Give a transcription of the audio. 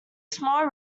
small